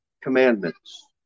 commandments